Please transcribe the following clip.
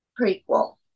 prequel